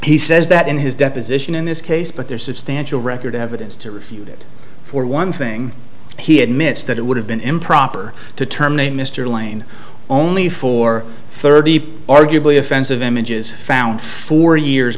he says that in his deposition in this case but there's substantial record evidence to refute it for one thing he admits that it would have been improper to terminate mr lane only for thirty arguably offensive images found four years